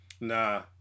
Nah